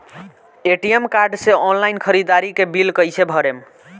ATM card से online ख़रीदारी के बिल कईसे भरेम?